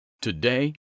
Today